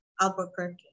Albuquerque